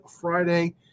Friday